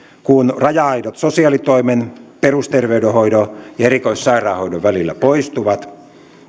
kun raja aidat sosiaalitoimen perusterveydenhoidon ja ja erikoissairaanhoidon välillä poistuvat